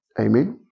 Amen